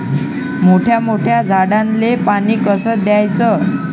मोठ्या मोठ्या झाडांले पानी कस द्याचं?